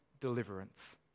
deliverance